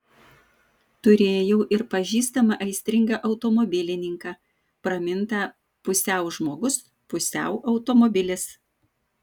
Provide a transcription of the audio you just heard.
turėjau ir pažįstamą aistringą automobilininką pramintą pusiau žmogus pusiau automobilis